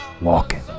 Walking